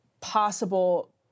possible